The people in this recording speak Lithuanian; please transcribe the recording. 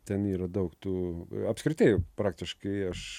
ten yra daug tų apskritai praktiškai aš